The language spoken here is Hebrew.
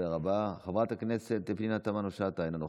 חברת הכנסת פנינה תמנו שטה, אינה נוכחת,